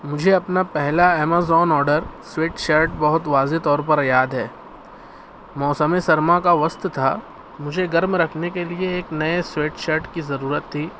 مجھے اپنا پہلا امازون آرڈر سویٹ شرٹ بہت واضح طور پر یاد ہے موسم سرماں کا وسط تھا مجھے گرم رکھنے کے لیے ایک نئے سویٹ شرٹ کی ضرورت تھی